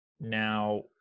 Now